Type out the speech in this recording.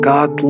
God